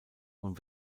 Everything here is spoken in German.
und